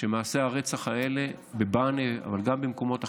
שמעשי הרצח האלה בבענה, אבל גם במקומות אחרים,